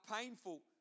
painful